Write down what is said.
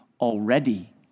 already